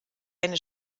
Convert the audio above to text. eine